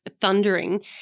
thundering